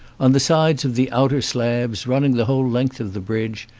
on the sides of the outer slabs, running the whole length of the bridge,